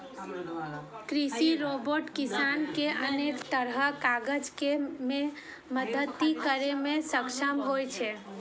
कृषि रोबोट किसान कें अनेक तरहक काज मे मदति करै मे सक्षम होइ छै